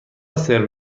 سرو